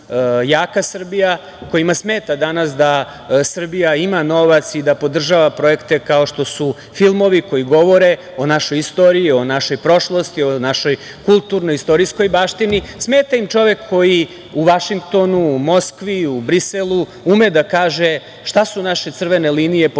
jaka Srbija, kojima smeta danas da Srbija ima novac i da podržava projekte kao što su filmovi koji govore o našoj istoriji, o našoj prošlosti, o našoj kulturno-istorijskoj baštini, smeta im čovek koji u Vašingtonu, u Bosni, u Briselu, ume da kaže šta su naše crvene linije po pitanju